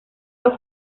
los